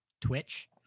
Twitch